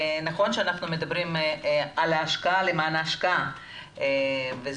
נכון שאנחנו מדברים על ההשקעה למען ההשקעה וזה